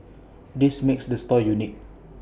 this makes the store unique